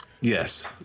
Yes